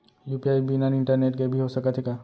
UPI बिना internet के भी हो सकत हे का?